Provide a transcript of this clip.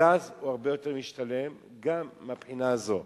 הגז הרבה יותר משתלם גם מהבחינה הזאת.